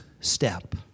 step